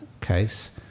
case